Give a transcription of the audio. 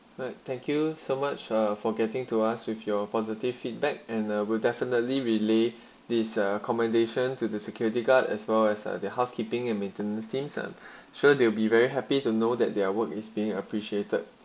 right thank you so much uh for getting to us with your positive feedback and uh we'll definitely relay this uh commendation to the security guard as well as uh the housekeeping and maintenance teams and sure they'll be very happy to know that their work is being appreciated